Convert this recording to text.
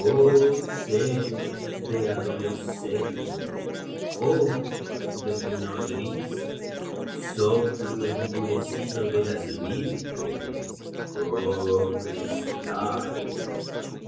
de adolescente ojos de mi nodriza soplo endurecido de las vírgenes oh cristal